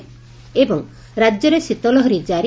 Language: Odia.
ଏବଂ ରାଜ୍ୟରେ ଶୀତଲହରୀ ଜାରି